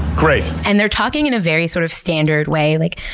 great! and they are talking in a very sort of standard way like,